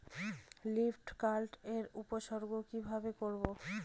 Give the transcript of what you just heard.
Leaf curl এর উপসর্গ কিভাবে করব?